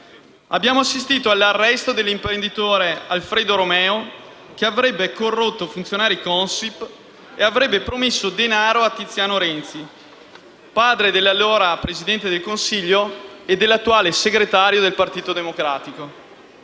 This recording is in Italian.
Abbiamo assistito all'arresto dell'imprenditore Alfredo Romeo, che avrebbe corrotto funzionari Consip e avrebbe promesso denaro a Tiziano Renzi, padre dell'allora Presidente del Consiglio e dell'attuale segretario del Partito Democratico.